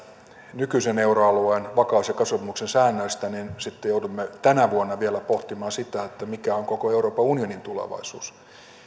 nykyisen euroalueen vakaus ja kasvusopimuksen säännöistä niin sitten joudumme tänä vuonna vielä pohtimaan sitä mikä on koko euroopan unionin tulevaisuus